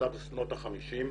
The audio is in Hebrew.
נעשתה בשנות ה-50 וה-60.